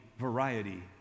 variety